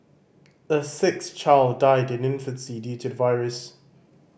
a sixth child died in infancy due to the virus